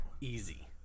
easy